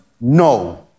No